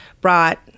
brought